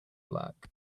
black